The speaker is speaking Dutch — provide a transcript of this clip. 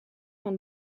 van